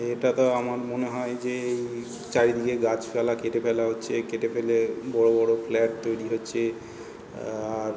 এটা তো আমার মনে হয় যে এই চারিদিকে গাছপালা কেটে ফেলা হচ্ছে কেটে ফেলে বড়ো বড়ো ফ্ল্যাট তৈরি হচ্ছে আর